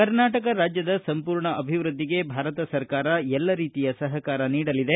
ಕರ್ನಾಟಕ ರಾಜ್ಯದ ಸಂಪೂರ್ಣ ಅಭಿವೃದ್ಧಿಗೆ ಭಾರತ ಸರ್ಕಾರ ಎಲ್ಲ ರೀತಿಯ ಸಪಕಾರ ನೀಡಲಿದೆ